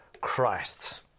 Christ